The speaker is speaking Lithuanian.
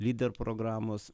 lyder programos